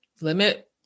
limit